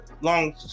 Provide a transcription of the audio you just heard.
long